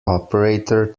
operator